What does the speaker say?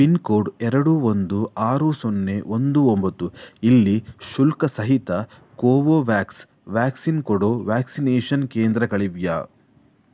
pin code ಎರಡು ಒಂದು ಆರು ಸೊನ್ನೆ ಒಂದು ಒಂಬತ್ತು ಇಲ್ಲಿ ಶುಲ್ಕಸಹಿತ ಕೋವೋವ್ಯಾಕ್ಸ್ ವ್ಯಾಕ್ಸಿನ್ ಕೊಡೋ ವ್ಯಾಕ್ಸಿನೇಷನ್ ಕೇಂದ್ರಗಳಿವೆಯೇ